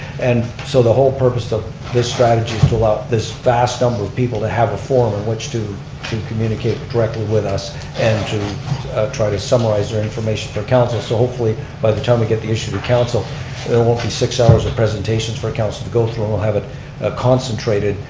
and so the whole purpose of this strategy is to allow this vast number of people to have a forum in which to to communication directly with us and to try to summarize their information for council. so hopefully by the time we get the issue to council there won't be six hours of presentations for council to go through and we'll have it concentrated,